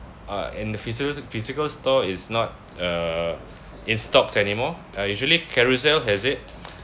uh in the physical physical store is not uh in stocks anymore uh usually carousell has it